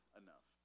enough